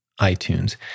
iTunes